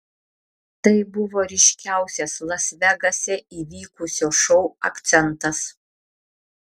tai buvo ryškiausias las vegase įvykusio šou akcentas